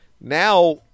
Now